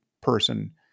person